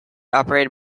operated